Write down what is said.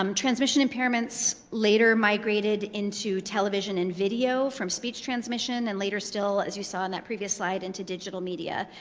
um transmission impairments later migrated into television and video from speech transmission, and later still, as you saw in that previous slide, into digital media.